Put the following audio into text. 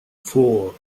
four